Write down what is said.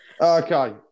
Okay